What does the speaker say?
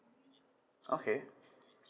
okay